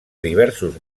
diversos